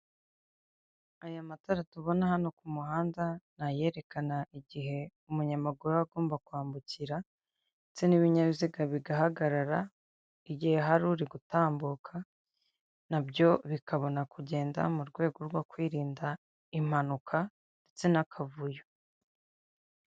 Aya matara tubona hano ku muhanda ni ayerekana igihe umunyamaguru aba agomba kwambukira, ndetse n'ibinyabiziga bigahagarara igihe hari uri gutambuka, na byo bikabona kugenda, mu rwego rwo kwirinda impanuka ndetse n'akavuyo.